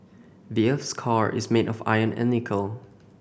the earth's core is made of iron and nickel